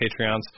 Patreons